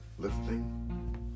lifting